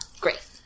Great